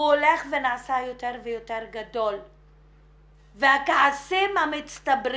הוא הולך ונעשה יותר ויותר גדול והכעסים המצטברים